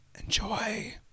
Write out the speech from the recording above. Enjoy